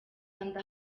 kanda